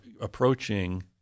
approaching